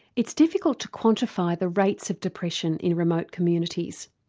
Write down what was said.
it's difficult to quantify the rates of depression in remote communities.